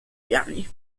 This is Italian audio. piani